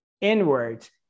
inwards